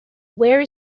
where